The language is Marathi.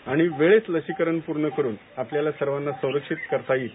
आणि वेळेत लसीकरण पूर्ण करून आपल्याला सगळ्यांना संरक्षित करता येईल